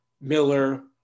miller